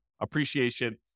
appreciation